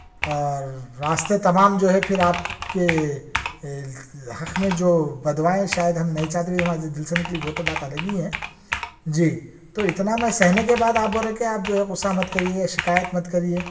اور راستے تمام جو ہے پھر آپ کے حق میں جو بد دعائیں شاید ہم نہیں چاہتے بھی ہمارے دل سے نکلیں وہ تو بات الگ ہی ہے جی تو اتنا میں سہنے کے بعد آپ بول رہے کہ آپ جو ہے غصہ مت کرئیے شکایت مت کرئیے